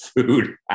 food